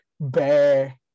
Bear